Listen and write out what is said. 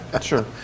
Sure